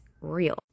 real